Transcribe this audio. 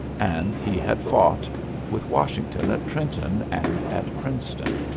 and he had fought with washington at trenton and at princeton.